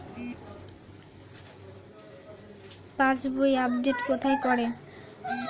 পাসবই update কোথায় করে?